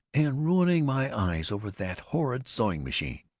and ruining my eyes over that horrid sewing-machine,